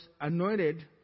anointed